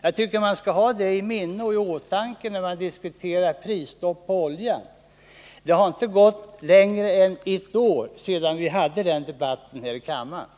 Jag tycker att man skall ha det i åtanke när man diskuterar ett prisstopp på olja. Det är alltså inte mer än ett år sedan vi hade den debatten här i kammaren.